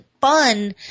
fun